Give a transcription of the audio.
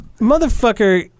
Motherfucker